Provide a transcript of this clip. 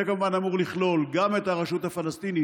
זה כמובן אמור לכלול גם את הרשות הפלסטינית,